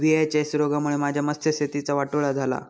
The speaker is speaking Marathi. व्ही.एच.एस रोगामुळे माझ्या मत्स्यशेतीचा वाटोळा झाला